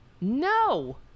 No